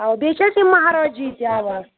اَوا بیٚیہِ چھِ اَسہِ یِم مہرٲجی تہِ آوا